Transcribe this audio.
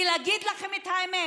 כי אם להגיד לכם את האמת,